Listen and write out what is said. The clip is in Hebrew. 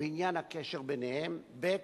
בעניין הקשר ביניהם, ב.